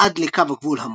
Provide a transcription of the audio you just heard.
עד לקו הגבול המוכר.